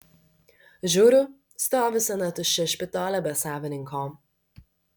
žiūriu stovi sena tuščia špitolė be savininko